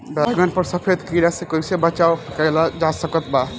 बैगन पर सफेद कीड़ा से कैसे बचाव कैल जा सकत बा?